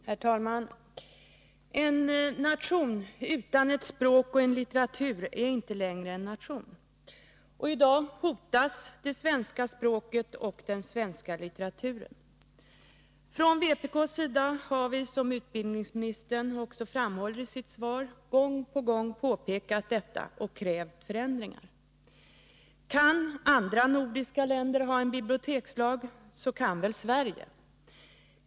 Herr talman! En nation utan ett språk och en litteratur är inte längre en nation. Och i dag hotas det svenska språket och den svenska litteraturen. Från vpk:s sida har vi— som utbildningsministern också framhåller i sitt svar — gång på gång påpekat detta och krävt förändringar. Kan andra nordiska länder ha en bibliotekslag kan väl Sverige.